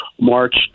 March